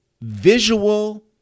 Visual